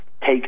take